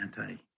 anti